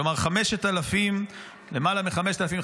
כלומר למעלה מ-5,000,